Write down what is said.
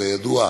כידוע,